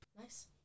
Nice